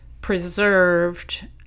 preserved